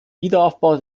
wiederaufbau